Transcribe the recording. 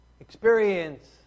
experience